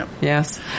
Yes